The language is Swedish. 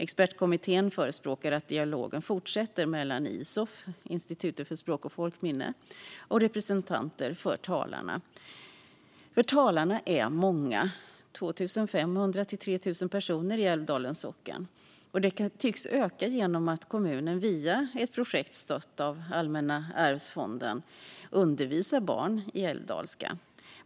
Expertkommittén förespråkar att dialogen fortsätter mellan Isof, Institutet för språk och folkminnen, och representanter för talarna. Talarna är många: 2 500-3 000 personer i Älvdalens socken. Och antalet ökar genom att kommunen via ett projekt stött av Allmänna arvsfonden undervisar barn i älvdalska.